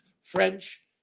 French